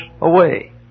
away